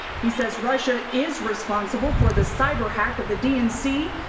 he says russia is responsible for the cyber-hack of the d n c,